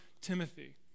Timothy